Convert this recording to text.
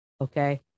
okay